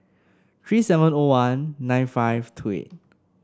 three seven O one nine five two eight